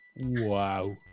Wow